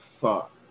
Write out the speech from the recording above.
fuck